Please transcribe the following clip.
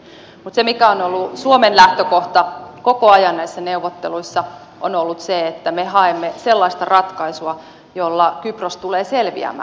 mutta se mikä on ollut suomen lähtökohta koko ajan näissä neuvotteluissa on se että me haemme sellaista ratkaisua jolla kypros tulee selviämään